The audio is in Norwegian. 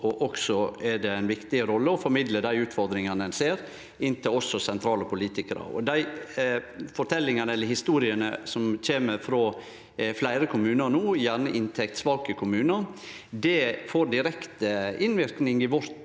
det er også ei viktig rolle å formidle dei utfordringane ein ser, inn til sentrale politikarar. Dei forteljingane eller historiene som kjem frå fleire kommunar nå, gjerne inntektssvake kommunar, får direkte innverknad på vårt